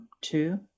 two